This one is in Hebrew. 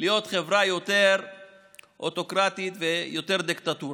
להיות חברה יותר אוטוקרטית ויותר דיקטטורה,